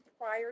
prior